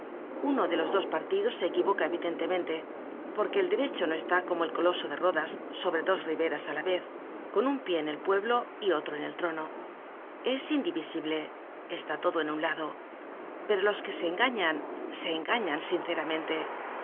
uno de los dos partidos se equivoca evidentemente porque el derecho no está como el coloso de rodas sobre dos riberas á la vez con un pie en el pueblo y otro en el trono es indivisible está todo en un lado pero los que se engañan se engañan sinceramente